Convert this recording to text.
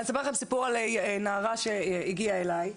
אני אספר לכם סיפור על נערה שהגיעה אלי,